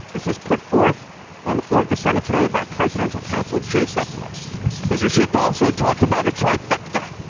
this was put forth on the floor of the senate today by presidential counsel jay sekulow mr. shift also talked about a trifecta.